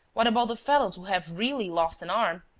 what about the fellows who have really lost an arm?